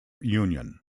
union